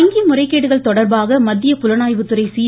வங்கி முறைகேடுகள் தொடர்பாக மத்திய புலனாய்வுத்துறை சி